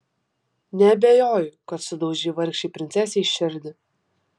neabejoju kad sudaužei vargšei princesei širdį